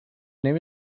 name